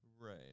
Right